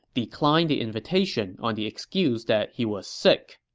declined the invitation on the excuse that he was sick.